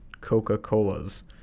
Coca-Colas